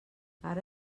ara